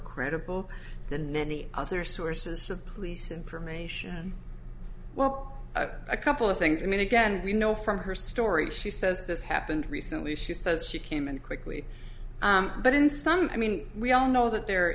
credible than many other sources of police information well a couple of things i mean again we know from her story she says this happened recently she says she came and quickly but in some i mean we all know that their